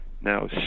now